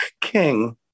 King